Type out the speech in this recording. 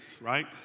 right